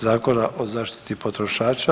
Zakona o zaštiti potrošača.